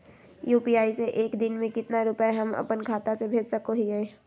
UPI से एक दिन में कितना रुपैया हम अपन खाता से भेज सको हियय?